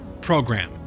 program